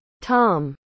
Tom